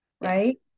right